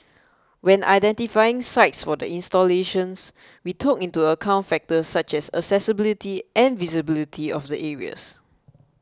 when identifying sites for the installations we took into account factors such as accessibility and visibility of the areas